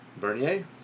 Bernier